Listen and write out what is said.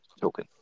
token